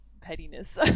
pettiness